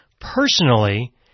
personally